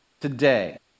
today